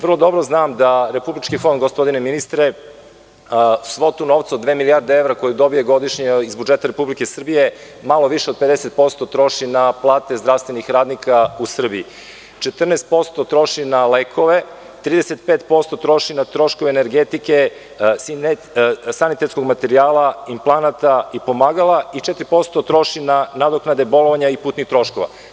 Vrlo dobro znam da Republički fond, gospodine ministre, svotu novca od dve milijarde evra koju dobije godišnje iz budžeta Republike Srbije malo više od 50% troši na plate zdravstvenih radnika u Srbiji, 14% troši na lekove, 35% troši na troškove energetike, sanitetskog materijala, implanata i pomagala i 4% troši na nadoknade bolovanja i putnih troškova.